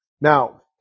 Now